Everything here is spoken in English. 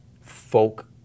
folk